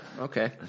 okay